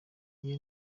iyo